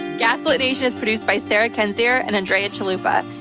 gaslit nation is produced by sarah kenzior, and andrea chalupa.